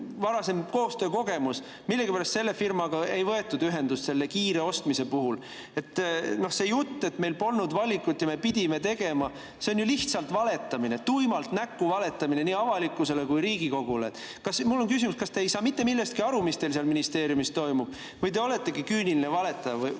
nendega koostöö kogemus. Millegipärast selle firmaga ei võetud ühendust selle kiire ostmise puhul. Noh, see jutt, et meil polnud valikut ja me pidime [just nii] tegema – see on lihtsalt valetamine, tuimalt näkku valetamine nii avalikkusele kui ka Riigikogule. Mul on küsimus: kas te ei saa mitte millestki aru, mis teil seal ministeeriumis toimub, või te oletegi küüniline valetaja?